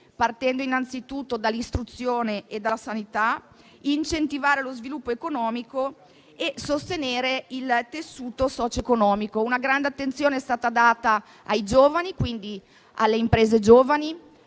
partendo innanzitutto dall'istruzione e dalla sanità, incentivando lo sviluppo economico e sostenendo il tessuto socioeconomico. Una grande attenzione è stata data alle imprese giovani,